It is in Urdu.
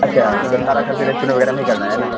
اچھا مطلب سارا خرچ ریسٹورینٹ وغیرہ میں ہی کرنا ہے نا